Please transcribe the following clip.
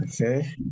okay